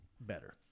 better